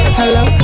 hello